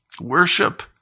worship